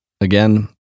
Again